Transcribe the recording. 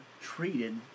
treated